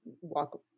walk